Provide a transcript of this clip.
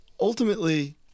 ultimately